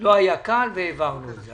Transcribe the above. לא היה קל והעברנו את זה.